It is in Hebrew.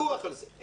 אין ויכוח על זה.